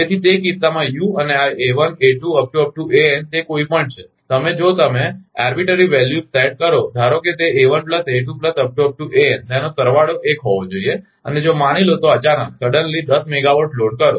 તેથી તે કિસ્સામાં યુ અને આ a1 a2 an તે કોઇ પણ છે તમે જો તમે મનસ્વી મૂલ્યોઆરબીટ્રરી વેલ્યુસ સેટ કરો ધારો કે તે a1 a2 an તેનો સરવાળો એક હોવો જોઈએ અને જો માની લો તો અચાનક દસ મેગાવાટ લોડ કરો